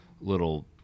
little